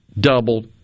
doubled